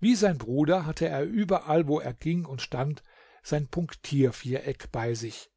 wie sein bruder hatte er überall wo er ging und stand sein punktierviereck bei sich